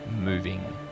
moving